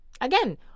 Again